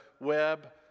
web